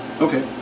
Okay